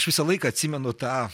aš visą laiką atsimenu tą